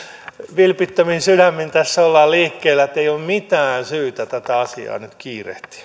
vilpittömin sydämin tässä ollaan liikkeellä ei ole mitään syytä tätä asiaa nyt kiirehtiä